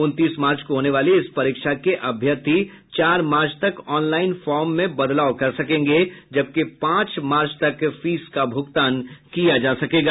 उनतीस मार्च को होने वाली इस परीक्षा के अभ्यर्थी चार मार्च तक ऑनलाईन फॉम में बदलाव कर सकेंगे जबकि पांच मार्च तक फीस का भुगतान किया जा सकेगा